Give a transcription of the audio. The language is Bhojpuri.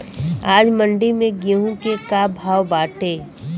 आज मंडी में गेहूँ के का भाव बाटे?